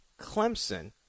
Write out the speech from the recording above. Clemson